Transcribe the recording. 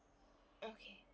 okay